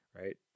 right